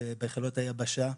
ובחילות היבשה.